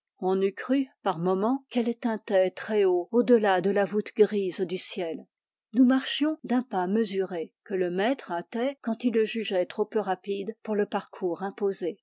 eût cru par moment qu'elles tintaient très haut au delà de la voûte grise du ciel nous marchions d'un pas mesuré que le maître hâtait quand il le jugeait trop peu rapide pour le parcours imposé